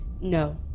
no